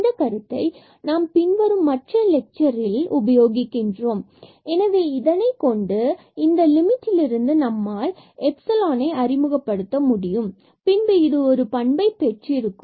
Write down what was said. இந்த கருத்தை நாம் பின்வரும் மற்ற லெக்ச்சரில் உபயோகிக்கின்றோம் எனவே இதனைக் கொண்டு இந்த லிமிட்டில் இருந்து நம்மால் இந்தக் எப்சிலானை அறிமுகப்படுத்த முடியும் பின்பு இது ஒரு பண்பை பெற்றிருக்கும்